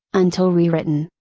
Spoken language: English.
until rewritten.